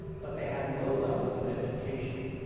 but they had low levels of education,